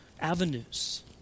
avenues